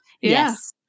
Yes